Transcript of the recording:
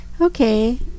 okay